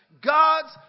God's